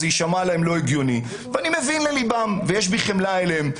זה יישמע להם לא הגיוני ואני מבין לליבם ויש בי חמלה אליהם.